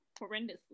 horrendously